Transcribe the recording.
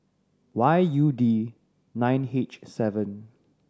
Y U D nine H seven